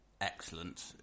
excellent